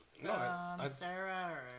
Sarah